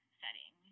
setting